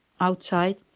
outside